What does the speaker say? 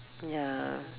ya